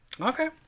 Okay